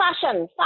Fashion